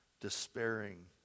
despairing